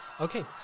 Okay